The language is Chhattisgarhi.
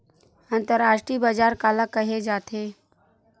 अंतरराष्ट्रीय बजार काला कहे जाथे?